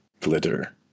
glitter